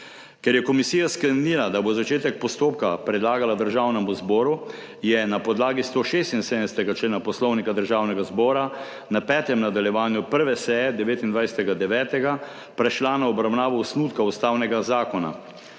Ker je komisija sklenila, da bo začetek postopka predlagala Državnemu zboru, je na podlagi 176. člena Poslovnika Državnega zbora na petem nadaljevanju 1. seje, 29. 9., prešla na obravnavo osnutka ustavnega zakona.